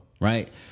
right